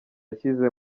yashyize